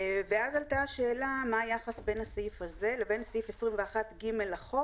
ואז עלתה השאלה מה היחס בין הסעיף הזה לבין סעיף 21ג לחוק